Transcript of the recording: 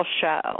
show